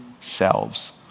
selves